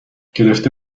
گرفته